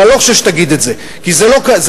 אבל אני לא חושב שתגיד את זה כי זה לא המצב.